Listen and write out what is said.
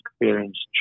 experience